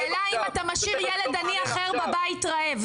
בסדר, השאלה אם אתה משאיר ילד עני אחר בבית רעב.